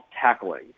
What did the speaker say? tackling